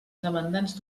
demandants